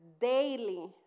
daily